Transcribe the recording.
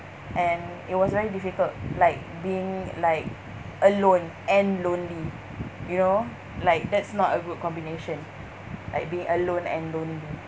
and it was very difficult like being like alone and lonely you know like that's not a good combination like being alone and lonely